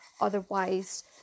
Otherwise